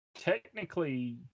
Technically